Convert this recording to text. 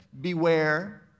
Beware